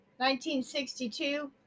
1962